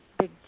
big